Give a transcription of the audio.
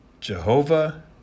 Jehovah